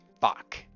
Fuck